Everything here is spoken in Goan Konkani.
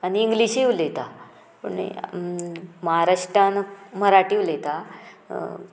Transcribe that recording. आनी इंग्लीशूय उलयता पूण महाराष्ट्रान मराठी उलयता